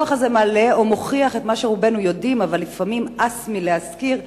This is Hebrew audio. הדוח הזה מעלה או מוכיח את מה שרובנו יודעים אבל לפעמים הס מלהזכיר,